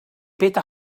peta